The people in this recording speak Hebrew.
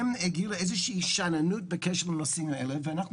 הם הגיעו לאיזושהי שאננות בקשר לנושאים האלה ואנחנו